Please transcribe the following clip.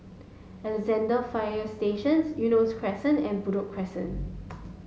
Alexandra Fire Stations Eunos Crescent and Buroh Crescent